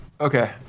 Okay